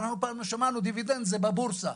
אנחנו מכירים זאת רק מהבורסה.